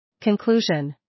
Conclusion